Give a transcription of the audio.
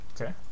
okay